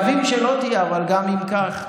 מקווים שלא תהיה, אבל גם אם כך,